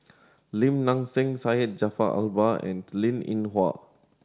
Lim Nang Seng Syed Jaafar Albar and Linn In Hua